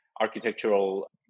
architectural